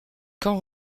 camp